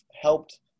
helped